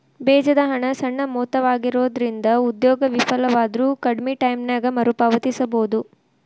ಬೇಜದ ಹಣ ಸಣ್ಣ ಮೊತ್ತವಾಗಿರೊಂದ್ರಿಂದ ಉದ್ಯೋಗ ವಿಫಲವಾದ್ರು ಕಡ್ಮಿ ಟೈಮಿನ್ಯಾಗ ಮರುಪಾವತಿಸಬೋದು